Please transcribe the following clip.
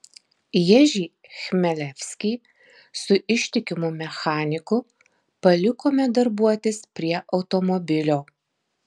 ježį chmelevskį su ištikimu mechaniku palikome darbuotis prie automobilio